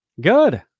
Good